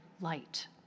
light